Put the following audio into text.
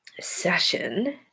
Session